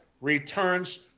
returns